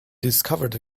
discovered